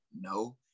No